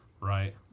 right